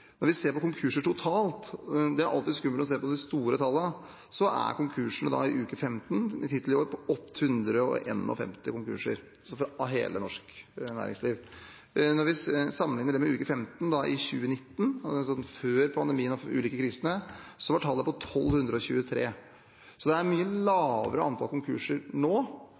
Når man ser på konkurser totalt, det er alltid skummelt å se på de store tallene, så er konkursene i uke 15, hittil i år, på 851 konkurser for hele norsk næringsliv. Når vi sammenligner det med uke 15 i 2019, før pandemien og de ulike krisene, var tallet på 1 223. Det er et mye lavere antall konkurser nå